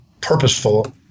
purposeful